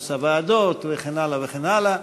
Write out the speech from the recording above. כינוס הוועדות וכן הלאה וכן הלאה.